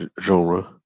genre